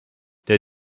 der